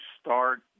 start